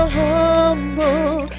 humble